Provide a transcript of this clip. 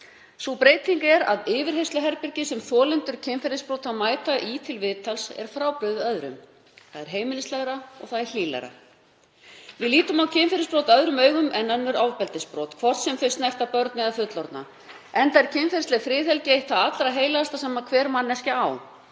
sú breyting að yfirheyrsluherbergi sem þolendur kynferðisbrota mæta í til viðtals er frábrugðið öðrum. Það er heimilislegra og það er hlýlegra. Við lítum kynferðisbrot öðrum augum en önnur ofbeldisbrot, hvort sem þau snerta börn eða fullorðna, enda er kynferðisleg friðhelgi eitt það allra heilagasta sem hver manneskja á.